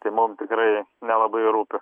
tai mum tikrai nelabai rūpi